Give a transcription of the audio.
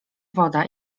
woda